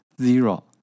zero